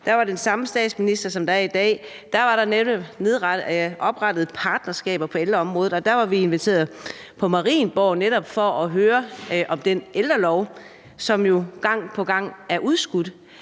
der var den samme statsminister, som der er i dag – var der netop oprettet partnerskaber på ældreområdet, og der var vi inviteret på Marienborg netop for at høre om den ældrelov, som jo gang på gang er udskudt.